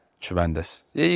tremendous